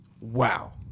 wow